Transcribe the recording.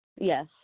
Yes